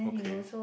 okay